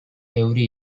every